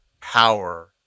power